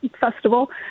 Festival